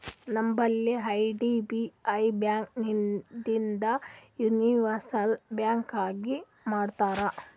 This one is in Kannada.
ನಂಬಲ್ಲಿ ಐ.ಡಿ.ಬಿ.ಐ ಬ್ಯಾಂಕ್ ಇದ್ದಿದು ಯೂನಿವರ್ಸಲ್ ಬ್ಯಾಂಕ್ ಆಗಿ ಮಾಡ್ಯಾರ್